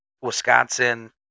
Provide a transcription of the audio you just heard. wisconsin